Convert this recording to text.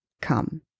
come